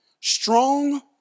strong